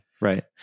Right